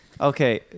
Okay